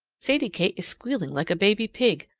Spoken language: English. sadie kate is squealing like a baby pig.